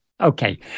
Okay